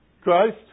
Christ